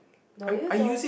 no you don't